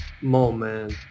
moment